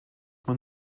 man